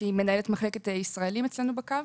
שהיא מנהלת מחלקת ישראלים אצלנו בקו.